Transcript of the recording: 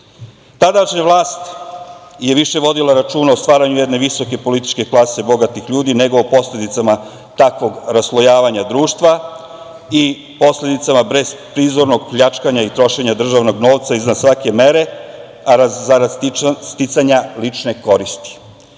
vlast je više vodila računa o stvaranju jedne visoke političke klase, bogatih ljudi, nego o posledicama takvog raslojavanja društva, i posledicama bezprizornog pljačkanja i trošenja državnog novca izvan svake mere, a zarad sticanja lične koristi. Takvo